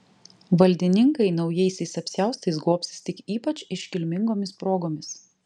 valdininkai naujaisiais apsiaustais gobsis tik ypač iškilmingomis progomis